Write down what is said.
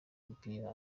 umupira